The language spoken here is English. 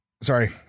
Sorry